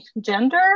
gender